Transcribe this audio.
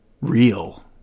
real